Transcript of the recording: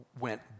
went